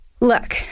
Look